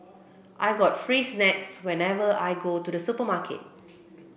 I got free snacks whenever I go to the supermarket